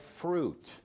fruit